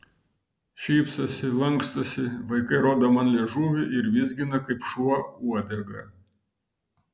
šypsosi lankstosi vaikai rodo man liežuvį ir vizgina kaip šuo uodegą